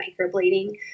microblading